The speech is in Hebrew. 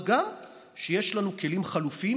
מה גם שיש לנו כלים חלופיים,